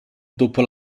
dopo